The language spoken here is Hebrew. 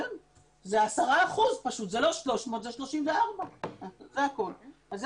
זה 10 אחוזים, זה לא 300 אלא 34. כל